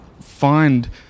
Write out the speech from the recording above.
find